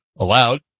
Allowed